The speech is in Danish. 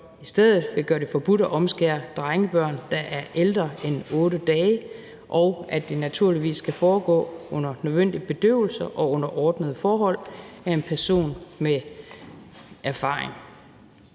i stedet vil gøre det forbudt at omskære drengebørn, der er ældre end 8 dage, og sikre, at det naturligvis skal foregå under nødvendig bedøvelse og under ordnede forhold af en person med erfaring.